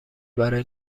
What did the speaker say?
برای